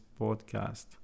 podcast